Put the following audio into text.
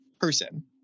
Person